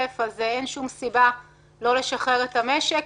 אז אין שום סיבה לא לשחרר את המשק,